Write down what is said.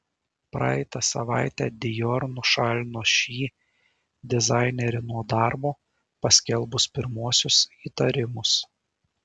praeitą savaitę dior nušalino šį dizainerį nuo darbo paskelbus pirmuosius įtarimus